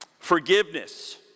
forgiveness